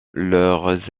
leurs